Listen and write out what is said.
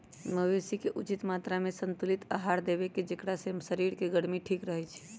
मवेशी के उचित मत्रामें संतुलित आहार देबेकेँ जेकरा से शरीर के गर्मी ठीक रहै छइ